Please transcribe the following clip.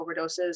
overdoses